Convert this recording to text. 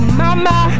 mama